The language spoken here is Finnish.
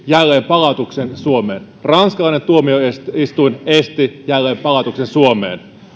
jälleen palautuksen suomeen ranskalainen tuomioistuin esti jälleen palautuksen suomeen